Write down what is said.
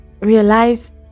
realize